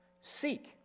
Seek